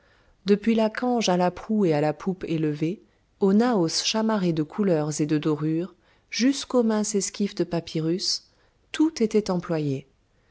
depuis la cange à la proue et à la poupe élevées au naos chamarré de couleurs et de dorures jusqu'au mince esquif de papyrus tout était employé